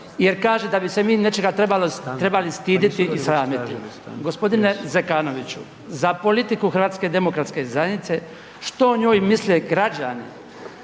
jer kaže da bi se mi nečega trebali stiditi i sramiti. Gospodine Zekanoviću, za politiku HDZ-a što o njoj misle građani